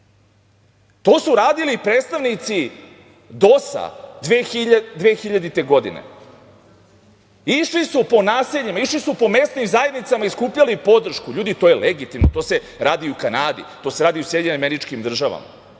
To su radili predstavnici DOS-a 2000. godine. Išli su po naseljima, išli su po mesnim zajednicama i skupljali podršku. Ljudi, to je legitimno. To se radi u Kanadi, to se radi i u SAD. Ali, vi da